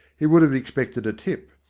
he would have expected a tip,